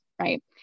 right